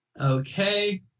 Okay